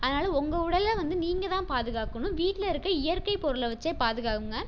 அதனால் உங்கள் உடலை வந்து நீங்கள் தான் பாதுகாக்கணும் வீட்டில் இருக்க இயற்கைப் பொருளை வச்சே பாதுகாக்குங்கள்